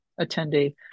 attendee